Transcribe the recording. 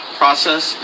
process